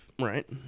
Right